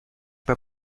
pas